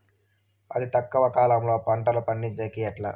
అతి తక్కువ కాలంలో పంటలు పండించేకి ఎట్లా?